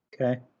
Okay